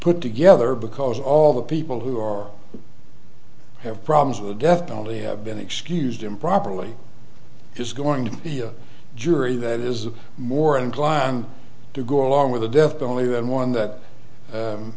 put together because all the people who are have problems with the death penalty have been excused improperly is going to be a jury that is more inclined to go along with the death only than one that